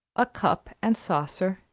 a cup and saucer,